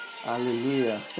Hallelujah